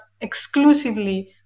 exclusively